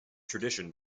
tradition